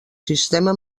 sistema